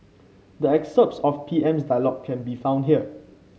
the excerpts of PM's dialogue can be found here